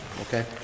Okay